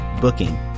Booking